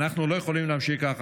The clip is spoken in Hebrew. אנחנו לא יכולים להמשיך ככה,